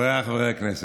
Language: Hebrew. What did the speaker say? חבריי חברי הכנסת,